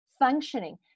functioning